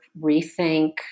rethink